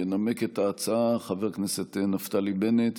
ינמק את ההצעה חבר הכנסת נפתלי בנט,